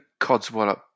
codswallop